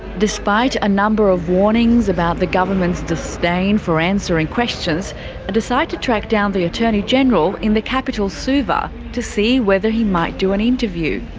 despite a number of warnings about the government's disdain for answering questions, i decide to track down the attorney general in the capital suva, to see whether he might do an interview.